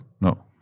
No